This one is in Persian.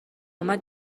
اومد